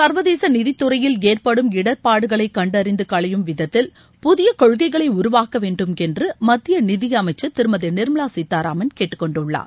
சர்வதேச நிதித்துறையில் ஏற்படும் இடர்பாடுகளை கண்டறிந்து களையும் விதத்தில் புதிய கொள்கைகளை உருவாக்க வேண்டும் என்று மத்திய நிதியமைச்சர் திருமதி நிர்மலா சீத்தாராமன் கேட்டுக்கொண்டுள்ளார்